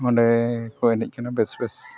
ᱱᱚᱸᱰᱮ ᱠᱚ ᱮᱱᱮᱡ ᱠᱟᱱᱟ ᱵᱮᱥ ᱵᱮᱥ